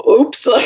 oops